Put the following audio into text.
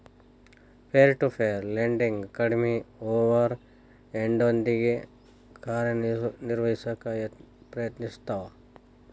peer to peer lending ಕಡ್ಮಿ ಓವರ್ ಹೆಡ್ನೊಂದಿಗಿ ಕಾರ್ಯನಿರ್ವಹಿಸಕ ಪ್ರಯತ್ನಿಸ್ತವ